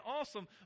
awesome